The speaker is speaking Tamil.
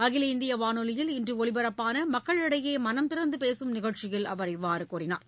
அகில இந்திய வானொலியில் இன்று ஒலிபரப்பான மக்களிடையே மனம் திறந்து பேசும் நிகழ்ச்சியில் அவர் இவ்வாறு கூறினார்